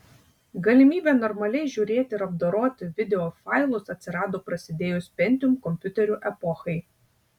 galimybė normaliai žiūrėti ir apdoroti videofailus atsirado prasidėjus pentium kompiuterių epochai